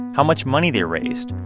how much money they raised,